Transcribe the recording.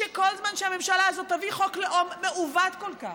שכל זמן שהממשלה הזאת תביא חוק לאום מעוות כל כך,